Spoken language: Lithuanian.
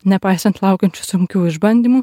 nepaisant laukiančių sunkių išbandymų